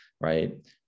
right